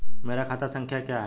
मेरा खाता संख्या क्या है?